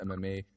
MMA